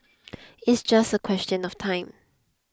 it's just a question of time